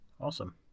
Awesome